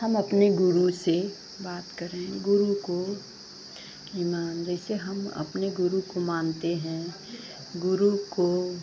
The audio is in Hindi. हम अपने गुरू से बात कर रहे हैं गुरू को इमाम जैसे हम अपने गुरू को मानते हैं गुरू को